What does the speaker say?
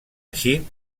així